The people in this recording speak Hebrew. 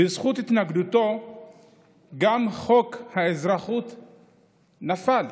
בזכות התנגדותו גם חוק האזרחות נפל.